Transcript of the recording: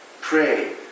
pray